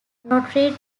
notre